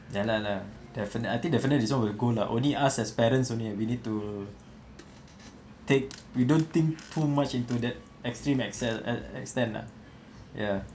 ya lah definite I think definite this one will go lah only us as parents only have you need to take we don't think too much into that extreme ex~ extent lah ya